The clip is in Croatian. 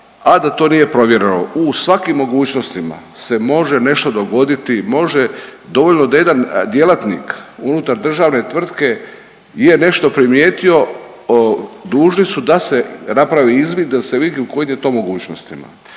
a da to nije provjereno. U svakim mogućnostima se može nešto dogoditi, može dovoljno da jedan djelatnik unutar državne tvrtke je nešto primijetio dužni su da se napravi izvid, da se vidi u kojim je to mogućnostima.